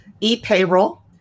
e-payroll